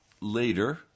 later